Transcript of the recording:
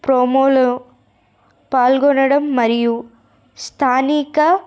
ప్రోమోలో పాల్గొనడం మరియు స్థానిక